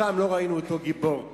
שם לא ראינו אותו גיבור,